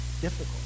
difficult